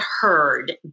heard